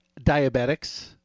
diabetics